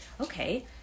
okay